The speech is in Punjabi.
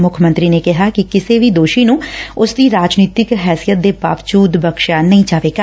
ਮੁੱਖ ਮੰਤਰੀ ਨੇ ਕਿਹਾ ਕਿ ਕਿਸੇ ਵੀ ਦੋਸ਼ੀ ਨੂੰ ਉਸਦੀ ਰਾਜਨੀਤਿਕ ਹੈਸੀਅਤ ਦੇ ਬਾਵਜੁਦ ਬਖ਼ਸ਼ਿਆ ਨਹੀਂ ਜਾਵੇਗਾ